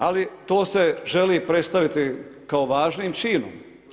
Ali to se želi predstaviti kao važnim činom.